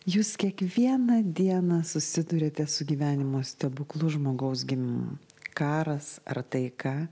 jūs kiekvieną dieną susiduriate su gyvenimo stebuklu žmogaus gimimu karas ar taika